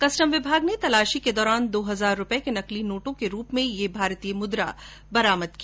custom विभाग ने तलाशी के दौरान दो हजार रूपये के नकली नोटों के रूप में ये भारतीय मुद्रा बरामद की